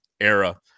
era